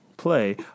Play